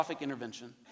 intervention